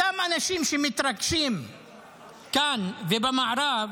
אותם אנשים שמתרגשים כאן ובמערב